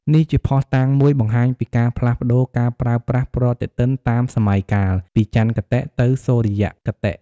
នេះជាភស្តុតាងមួយបង្ហាញពីការផ្លាស់ប្តូរការប្រើប្រាស់ប្រតិទិនតាមសម័យកាល ពីចន្ទគតិទៅសុរិយគតិ។